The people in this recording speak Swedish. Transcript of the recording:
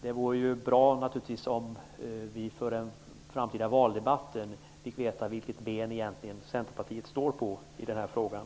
Det vore naturligtvis bra om vi för den framtida valdebatten fick veta vilket ben Centerpartiet egentligen står på i den här frågan.